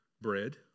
bread